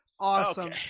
Awesome